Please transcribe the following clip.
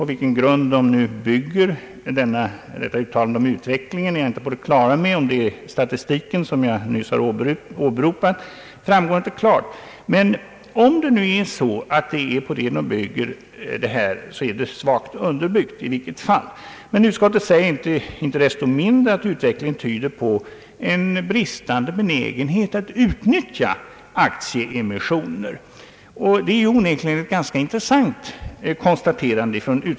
På vilken grund utskottet bygger talet om utvecklingen är jag inte på det klara med. Om det är den statistik som jag nyss åberopade framgår inte klart, men om det är på den utskottet bygger sitt uttalande, så är en förmodad gynnsam utveckling svagt underbyggd. Men utskottet anser inte desto mindre att utvecklingen tyder på en bristande benägenhet att utnyttja aktieemissioner. Detta är onekligen ett ganska intressant konstaterande.